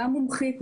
גם מומחית,